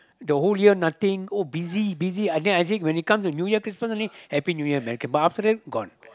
the whole year nothing oh busy busy I think I think when it comes to Christmas New Year only Happy New Year man K but after that gone